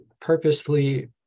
purposefully